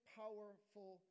powerful